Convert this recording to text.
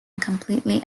completely